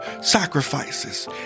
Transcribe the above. sacrifices